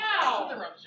Wow